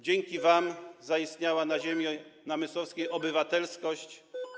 Dzięki wam zaistniała na ziemi namysłowskiej obywatelskość.